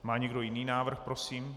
Má někdo jiný návrh prosím?